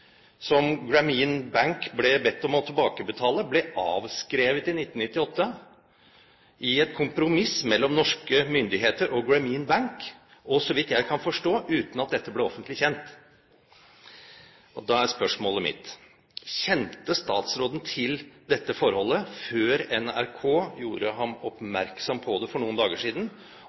som Grameen Bank ble bedt om å tilbakebetale, ble avskrevet i 1998 i et kompromiss mellom norske myndigheter og Grameen Bank, og, så vidt jeg kan forstå, uten at dette ble offentlig kjent. Da er spørsmålet mitt: Kjente statsråden til dette forholdet før NRK gjorde ham oppmerksom på det for noen dager siden?